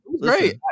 Great